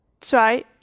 try